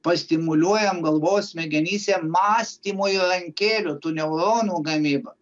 pastimuliuojamam galvos smegenyse mąstymo įrankėlių tų neuronų gamybą